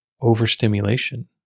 Overstimulation